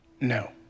No